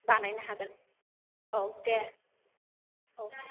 बानायनो हागोन औ दे औ